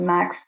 Max